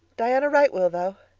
diana wright will, though.